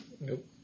Nope